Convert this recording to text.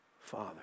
Father